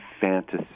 fantasy